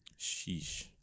Sheesh